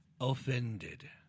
offended